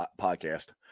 podcast